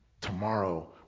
tomorrow